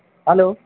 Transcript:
hello